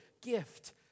gift